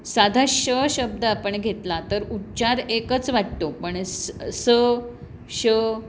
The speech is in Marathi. साधा श शब्द आपण घेतला तर उच्चार एकच वाटतो पण स स श